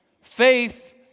Faith